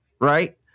right